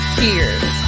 Cheers